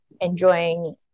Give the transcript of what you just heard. enjoying